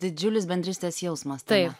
didžiulis bendrystės jausmas taip